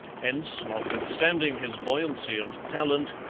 hence, notwithstanding his buoyancy and talent,